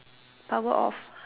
power off